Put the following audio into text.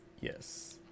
Yes